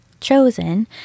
chosen